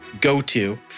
go-to